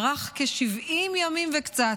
ארך כ-70 ימים וקצת.